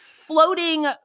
floating